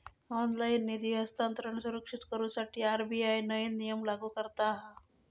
online निधी हस्तांतरण सुरक्षित करुसाठी आर.बी.आय नईन नियम लागू करता हा